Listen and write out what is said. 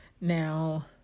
Now